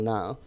Now